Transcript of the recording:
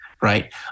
Right